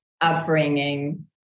upbringing